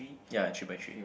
ya three by three